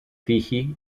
τύχη